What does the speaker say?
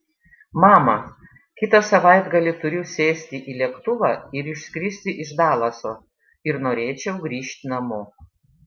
mama kitą savaitgalį turiu sėsti į lėktuvą ir išskristi iš dalaso ir norėčiau grįžt namo